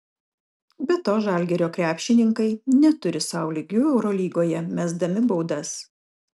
be to žalgirio krepšininkai neturi sau lygių eurolygoje mesdami baudas